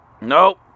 Nope